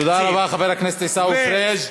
תודה רבה, חבר הכנסת עיסאווי פריג'.